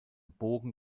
bogen